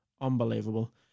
Unbelievable